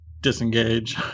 disengage